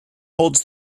holds